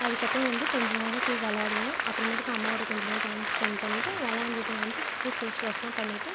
அதுக்கப்புறம் வந்து கொஞ்சம் நேரம் போய் விளையாடுவோம் அப்புறமேட்டுக்கு அம்மாவோடு கொஞ்சம் நேரம் டைம் ஸ்பென்ட் பண்ணிவிட்டு விளையாண்டுவிட்டு வந்து திருப்பி ஃபேஸ் வாஷெலாம் பண்ணிவிட்டு